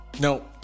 No